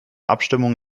abstimmung